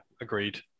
agreed